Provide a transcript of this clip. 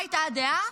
מה הייתה הדעה?